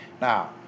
Now